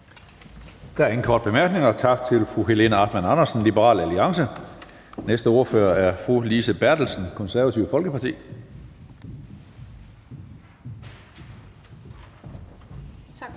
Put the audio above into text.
Der er ingen korte bemærkninger. Tak til fru Helena Artmann Andresen, Liberal Alliance. Den næste ordfører er fru Lise Bertelsen, Det Konservative Folkeparti. Kl.